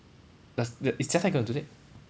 does is jia tai going to do that